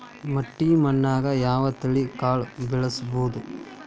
ಮಟ್ಟಿ ಮಣ್ಣಾಗ್, ಯಾವ ತಳಿ ಕಾಳ ಬೆಳ್ಸಬೋದು?